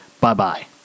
Bye-bye